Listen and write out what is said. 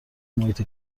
محیط